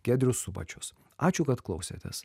giedrius subačius ačiū kad klausėtės